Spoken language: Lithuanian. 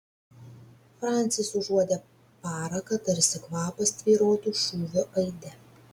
francis užuodė paraką tarsi kvapas tvyrotų šūvio aide